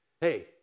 Hey